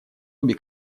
обе